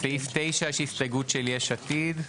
בסעיף 9 יש הסתייגות של יש עתיד.